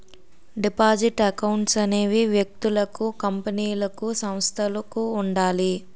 deposit accounts అనేవి వ్యక్తులకు కంపెనీలకు సంస్థలకు ఉండాలి